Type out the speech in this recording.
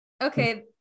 Okay